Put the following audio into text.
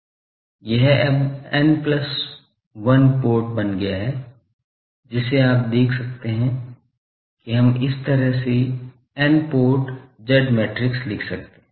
यह अब n plus 1 port बन गया है जिससे आप देख सकते हैं कि हम इस तरह से N port Z matrix लिख सकते हैं